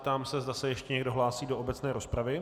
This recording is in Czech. Zeptám se, zda se ještě někdo hlásí do obecné rozpravy.